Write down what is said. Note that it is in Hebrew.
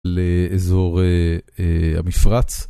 לאזור המפרץ.